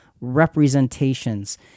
representations